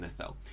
NFL